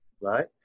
right